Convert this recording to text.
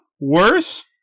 Worse